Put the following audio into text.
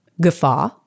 guffaw